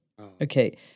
Okay